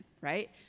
right